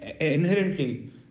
inherently